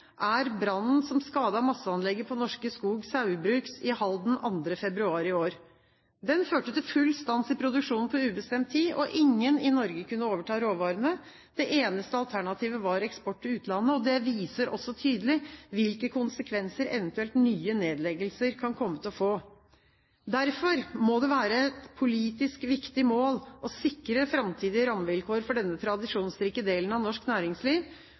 er brannen som skadet masseanlegget på Norske Skog Saugbrugs i Halden den 2. februar i år. Den førte til full stans i produksjonen på ubestemt tid. Ingen i Norge kunne overta råvarene. Det eneste alternativet var eksport til utlandet. Det viser også tydelig hvilke konsekvenser eventuelt nye nedleggelser kan komme til å få. Derfor må det være et politisk viktig mål å sikre framtidige rammevilkår for denne tradisjonsrike delen av norsk næringsliv